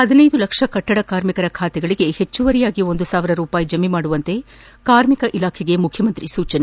ಪದಿನೈದು ಲಕ್ಷ ಕಟ್ಟಡ ಕಾರ್ಮಿಕರ ಖಾತೆಗೆ ಹೆಚ್ಚುವರಿಯಾಗಿ ಒಂದು ಸಾವಿರ ರೂಪಾಯಿ ಜಮೆ ಮಾಡಲು ಕಾರ್ಮಿಕ ಇಲಾಖೆಗೆ ಮುಖ್ಖಮಂತ್ರಿ ಸೂಚನೆ